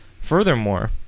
Furthermore